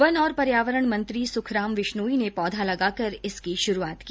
one और पर्यावरण मंत्री सुखराम विश्नोई ने पौधा लगाकर इसकी शुरूआत की